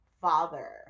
father